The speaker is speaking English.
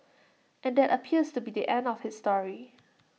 and that appears to be the end of his story